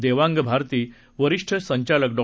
देवांग भारती वरिष्ठ संचालक डॉ